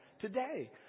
today